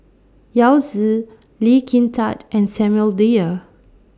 Yao Zi Lee Kin Tat and Samuel Dyer